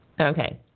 okay